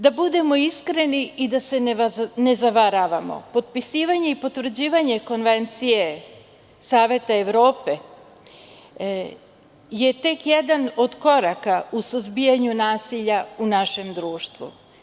Da budemo iskreni i da se ne zavaravamo, potpisivanje i potvrđivanje Konvencije Saveta Evrope je tek jedan od koraka u suzbijanju nasilja u našem društvu.